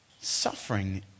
suffering